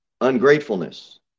ungratefulness